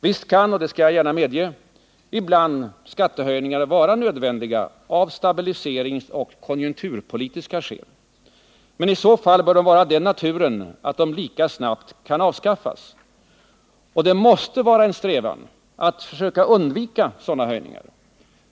Visst kan — det skall jag gärna medge — skattehöjningar ibland vara nödvändiga av stabiliseringsoch konjunkturpolitiska skäl, men i så fall bör de vara av den naturen att de lika snabbt kan avskaffas. Och det måste vara en strävan att försöka undvika sådana höjningar.